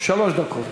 שלוש דקות.